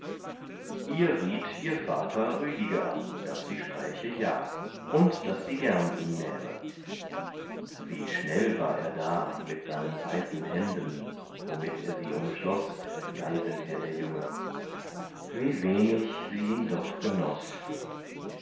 ihr riet ihr vater rüdiger daß sie spräche ja und daß sie gern ihn nähme wie schnell war er da mit seinen weißen händen womit er sie umschloß geiselher der junge wie wenig sie ihn doch genoß